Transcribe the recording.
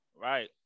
Right